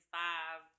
five